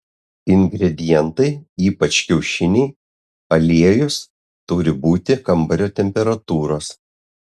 ingredientai ypač kiaušiniai aliejus turi būti kambario temperatūros